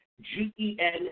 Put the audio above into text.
G-E-N